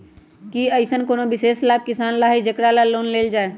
कि अईसन कोनो विशेष लाभ किसान ला हई जेकरा ला लोन लेल जाए?